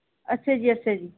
ਅੱਛਾ ਜੀ ਅੱਛਾ ਜੀ